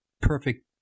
perfect